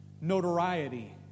notoriety